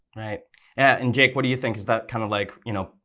and jake, what do you think? is that kind of like, you know,